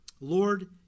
Lord